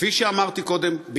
וכפי שאמרתי קודם,